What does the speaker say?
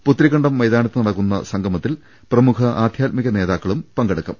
പുത്തരിക്കണ്ടം മൈതാനത്ത് നടക്കുന്ന സംഗമത്തിൽ പ്രമുഖ ആധ്യാത്മിക നേതാക്കൾ പങ്കെടുക്കും